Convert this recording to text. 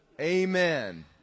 Amen